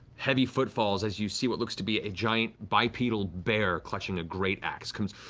heavy footfalls as you see what looks to be a giant, bipedal bear clutching a greataxe comes